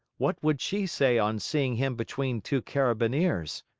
what would she say on seeing him between two carabineers?